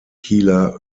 kieler